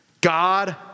God